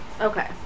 Okay